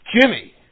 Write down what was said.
Jimmy